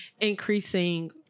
increasing